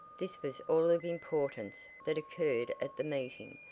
this was all of importance that occurred at the meeting,